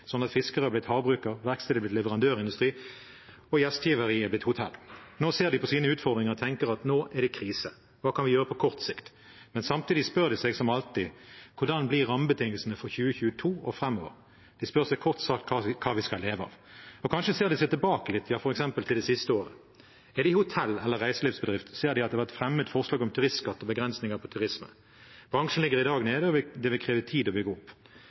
sånn at fiskeren har blitt havbruker, verkstedet har blitt leverandørindustri og gjestgiveriet har blitt hotell. Nå ser de på sine utfordringer og tenker at nå er det krise, hva kan vi gjøre på kort sikt? Men samtidig spør de seg, som alltid: Hvordan blir rammebetingelsene for 2022 og framover? De spør seg kort sagt hva de skal leve av. Og kanskje ser de seg litt tilbake, f.eks. til det siste året. Er de et hotell eller en reiselivsbedrift, ser de at det har vært fremmet forslag om turistskatt og begrensninger på turisme. Bransjen ligger i dag nede, og det vil kreve tid å bygge den opp.